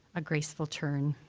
a graceful turn.